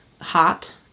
Hot